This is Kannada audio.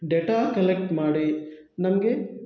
ಡೇಟಾ ಕಲೆಕ್ಟ್ ಮಾಡಿ ನಮಗೆ